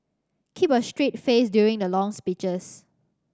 keep a straight face during the long speeches